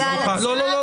מדובר פה